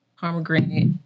Pomegranate